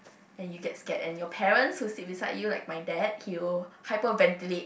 and you get scared and your parents who sit beside you like my dad he will hyperventilate